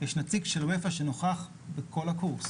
יש נציג של אופ"א שנוכח בכל הקורס,